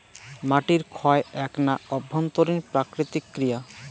মাটির ক্ষয় এ্যাকনা অভ্যন্তরীণ প্রাকৃতিক ক্রিয়া